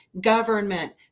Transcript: government